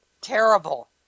Terrible